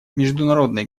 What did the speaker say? международный